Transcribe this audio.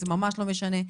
זה ממש לא משנה.